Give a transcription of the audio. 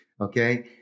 Okay